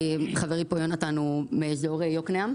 חברי יונתן מאזור יוקנעם.